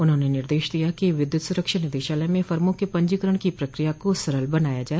उन्होंने निदेश दिया कि विद्युत सुरक्षा निदेशालय में फर्मों के पंजीकरण की प्रक्रिया को सरल बनाया जाए